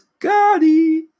Scotty